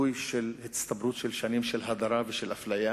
ביטוי של הצטברות של הדרה ושל אפליה